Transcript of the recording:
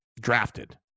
drafted